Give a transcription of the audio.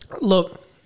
look